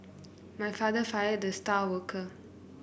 my father fired the star worker